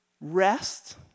rest